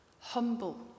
humble